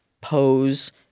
pose